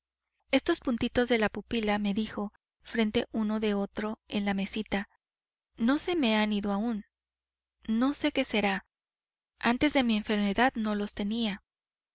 estos puntitos de la pupila me dijo frente uno de otro en la mesita no se me han ido aún no sé qué será antes de mi enfermedad no los tenía